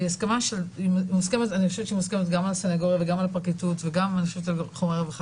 והיא מוסכמת גם על הסנגוריה וגם על הפרקליטות וגם --- ברגע